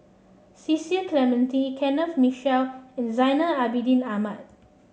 Cecil Clementi Kenneth Mitchell and Zainal Abidin Ahmad